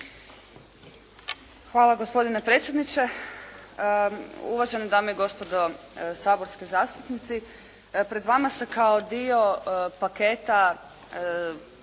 Hvala gospodine predsjedniče. Uvažene dame i gospodo saborski zastupnici. Pred vama se kao dio paketa